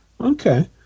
Okay